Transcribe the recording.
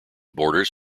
borders